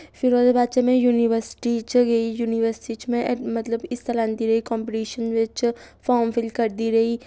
फिर ओह्दे बाद च में यूनिवर्सिटी च गेई यूनिवर्सिटी च में मतलब हिस्सा लैंदी रेही कंपीटीशन बिच्च फार्म फिल्ल करदी रेही